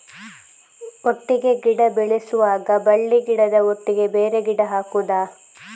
ಒಟ್ಟಿಗೆ ಗಿಡ ಬೆಳೆಸುವಾಗ ಬಳ್ಳಿ ಗಿಡದ ಒಟ್ಟಿಗೆ ಬೇರೆ ಗಿಡ ಹಾಕುದ?